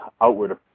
outward